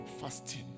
fasting